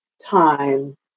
time